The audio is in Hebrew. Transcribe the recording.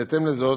בהתאם לזאת,